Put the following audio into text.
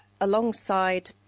alongside